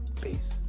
Peace